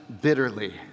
bitterly